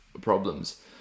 problems